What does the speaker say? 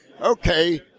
Okay